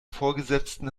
vorgesetzten